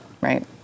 right